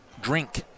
drink